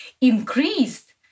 increased